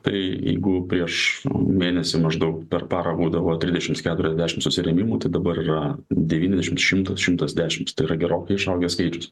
tai jeigu prieš mėnesį maždaug per parą būdavo trisdešimts keturiasdešimts susirėmimų tai dabar yra devyniasdešimt šimtas šimtas dešimts tai yra gerokai išaugęs skaičius